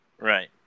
Right